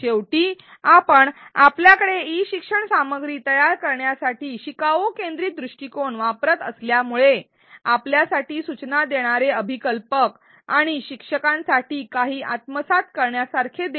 शेवटी आपण आपल्याकडे ई शिक्षण सामग्री तयार करण्यासाठी शिकाऊ केंद्रित दृष्टिकोन वापरत असल्यामुळे आपल्यासाठी सूचना देणारे अभिकल्पक आणि शिक्षकांसाठी काही आत्मसात करण्यासारखे देऊ